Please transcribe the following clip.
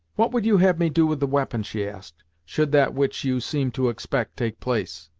what would you have me do with the weapon, she asked, should that which you seem to expect take place?